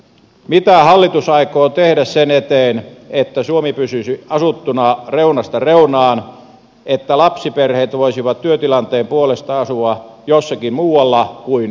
mitä hallitus aikoo tehdä sen eteen että suomi pysyisi asuttuna reunasta reunaan että lapsiperheet voisivat työtilanteen puolesta asua jossakin muualla kuin uudellamaalla